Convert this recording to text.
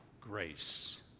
grace